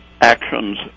actions